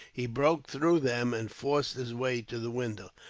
he broke through them and forced his way to the window.